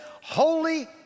Holy